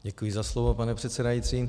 Děkuji za slovo, pane předsedající.